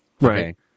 Right